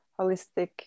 holistic